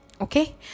okay